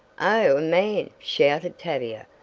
oh, a man! shouted tavia,